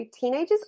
teenagers